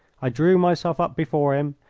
i drew myself up before him,